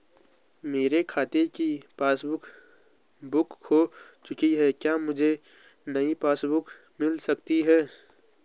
मेरे खाते की पासबुक बुक खो चुकी है क्या मुझे नयी पासबुक बुक मिल सकती है?